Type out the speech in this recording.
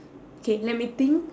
okay let me think